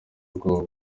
ubwoba